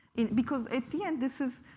because at the end, this is